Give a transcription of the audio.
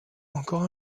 encore